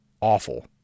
awful